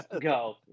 go